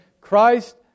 Christ